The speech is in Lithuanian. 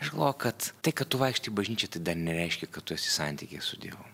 aš galvoju kad tai kad tu vaikštai į bažnyčią tai dar nereiškia kad tu esi santykyje su dievu